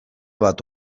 bat